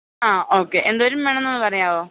ആ ഓക്കെ എന്തോരം വേണം എന്നൊന്ന് പറയാമോ